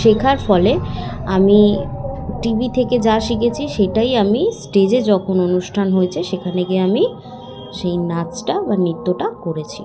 শেখার ফলে আমি টিভি থেকে যা শিখেছি সেটাই আমি স্টেজে যখন অনুষ্ঠান হয়েছে সেখানে গিয়ে আমি সেই নাচটা বা নৃত্যটা করেছি